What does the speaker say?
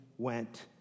went